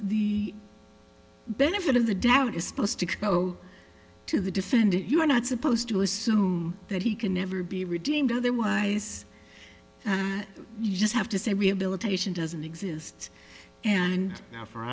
the benefit of the doubt is supposed to go to the defendant you're not supposed to assume that he can never be redeemed otherwise you just have to say rehabilitation doesn't exist and now for